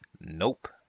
Nope